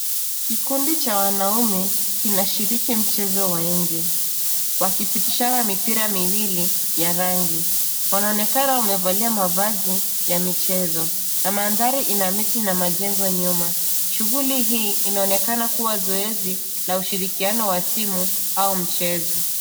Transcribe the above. Kikundi cha wanaume kinashiriki mchezo wa nje. Wakipitiishawa mipira miwili ya rangi. Wanaonekana wamevalia mavazi ya michezo. Na mandhari ina miti na majengo nyuma. Shughuli hii inaonekana kuwa zoezi la ushirikiano wa timu, au mchezo.